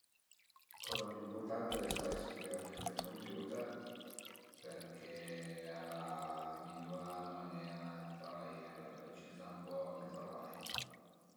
La coza pi ëmpurtanta al e stait sicürament ël computer perché al a migliurà la manera de travaié, al a velocizà ën po ël travai